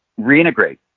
Reintegrate